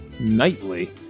Nightly